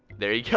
there you go!